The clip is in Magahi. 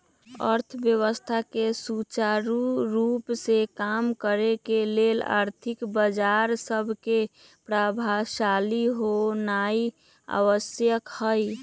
अर्थव्यवस्था के सुचारू रूप से काम करे के लेल आर्थिक बजार सभके प्रभावशाली होनाइ आवश्यक हइ